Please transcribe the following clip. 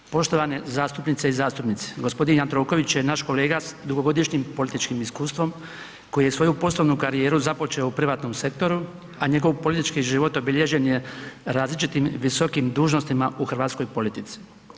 Poštovane zastupnice i zastupnici, gospodin Jandroković je naš kolega s dugogodišnjim političkim iskustvom koji je svoju poslovnu karijeru započeo u privatnom sektoru, a njegov politički život obilježen je različitim visokim dužnostima u hrvatskoj politici.